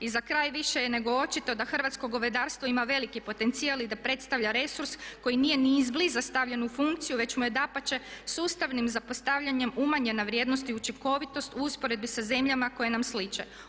I za kraj, više je nego očito da hrvatsko govedarstvo ima veliki potencijal i da predstavlja resurs koji nije ni izbliza stavljen u funkciju već mu je dapače sustavnim zapostavljanjem umanjena vrijednost i učinkovitost u usporedbi sa zemljama koje nam sliče.